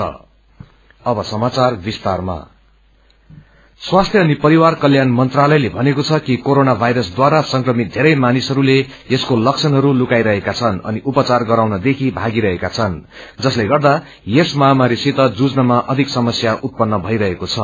test avoiding स्वास्थ्य अनि परिवार कल्याण मन्त्रालयले भनेको छ कि कोरोना भाइरसढारा संक्रमित धेरै मानिसहस्ले यसको लक्षणहरू लुकाइरहेका छन् अनि उपचार गराउनदेखि भागिरहेका छन् जसले गर्दा यस मझमारीसित जुझनमा अधिक समस्या उत्पव्र भइरहेको छ